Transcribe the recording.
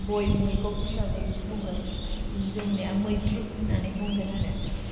बइल मैगं होन्नानै बुंगोन जोंनिया मैद्रु होन्नानै बुंगोन आरो